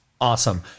Awesome